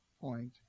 point